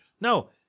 No